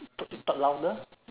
talk louder